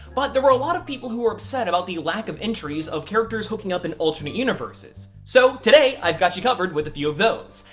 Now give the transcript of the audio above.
but there were a lot of people who were upset about the lack of entries of characters hooking up in alternate universes. so today, i've got you covered with a few of those.